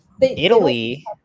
Italy